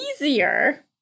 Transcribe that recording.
easier